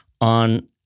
on